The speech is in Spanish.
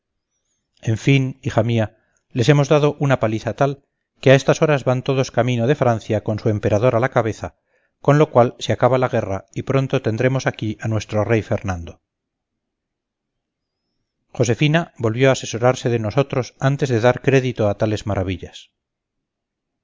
en fin hija mía les hemos dado una paliza tal que a estas horas van todos camino de francia con su emperador a la cabeza con lo cual se acaba la guerra y pronto tendremos aquí a nuestro rey femando josefina volvió a asesorarse de nosotros antes de dar crédito a tales maravillas